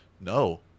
No